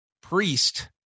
priest